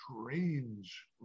strange